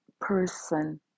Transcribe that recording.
person